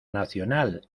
nacional